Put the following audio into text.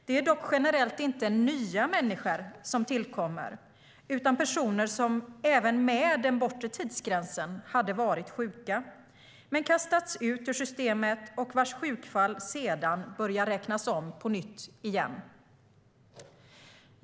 Det är dock generellt inte nya människor som tillkommer utan personer som även med den bortre tidsgränsen hade varit sjuka men kastats ut ur systemet och vars sjukfall sedan börjat räknas om på nytt igen.